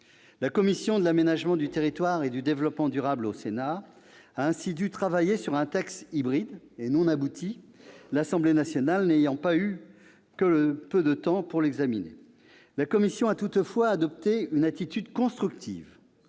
La commission de l'aménagement du territoire et du développement durable du Sénat a ainsi dû travailler à partir d'un texte hybride et non abouti, l'Assemblée nationale n'ayant eu que peu de temps pour l'examiner. La commission a toutefois adopté une attitude constructive,